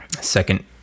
Second